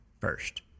first